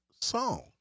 song